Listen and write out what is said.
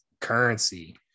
currency